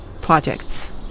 projects